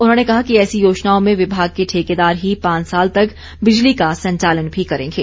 उन्होंने कहा कि ऐसी योजनाओं में विभाग के ठेकेदार ही पांच साल तक बिजली का संचालन भी करेंगे